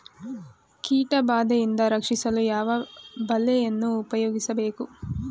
ಕೀಟಬಾದೆಯಿಂದ ರಕ್ಷಿಸಲು ಯಾವ ಬಲೆಯನ್ನು ಉಪಯೋಗಿಸಬೇಕು?